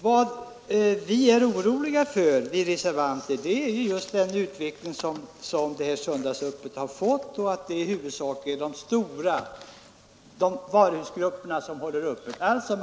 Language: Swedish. Vad vi reservanter är oroliga för är just den utveckling som söndagsöppethållandet har fått och att det är huvudsakligen de stora varuhusgrupperna som håller söndagsöppet.